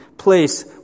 place